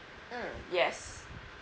mm yes